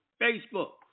Facebook